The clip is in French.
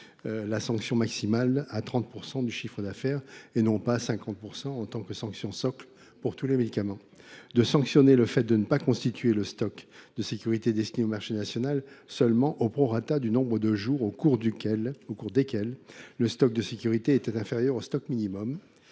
la sanction maximale à 30 % du chiffre d’affaires, et non à 50 %, en tant que sanction socle pour tous les médicaments, et à sanctionner le fait de ne pas constituer le stock de sécurité destiné au marché national exclusivement au prorata du nombre de jours au cours desquels ce stock était inférieur au minimum